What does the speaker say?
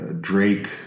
Drake